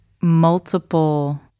multiple